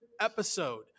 episode